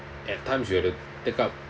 at times you have to take up